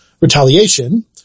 Retaliation